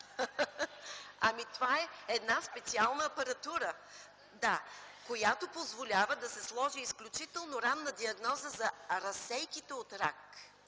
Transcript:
Ами, това е една специална апаратура, която позволя да се сложи изключително ранна диагноза за разсейките от рак,